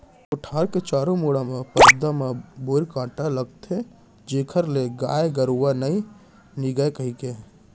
कोठार के चारों मुड़ा के परदा म बोइर कांटा लगाथें जेखर ले गाय गरुवा झन निगय कहिके